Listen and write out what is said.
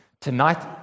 Tonight